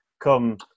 come